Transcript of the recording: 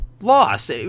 lost